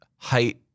Height